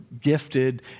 gifted